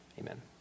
Amen